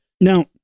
Now